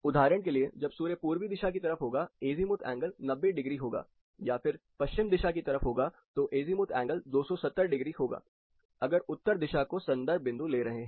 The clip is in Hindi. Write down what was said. उदाहरण के लिए जब सूर्य पूर्वी दिशा की तरफ होगा अज़ीमुथ एंगल 90° होगा या फिर पश्चिम दिशा की तरफ होगा तो अज़ीमुथ एंगल 270° होगा अगर उत्तर दिशा को संदर्भ बिंदु ले रहे हैं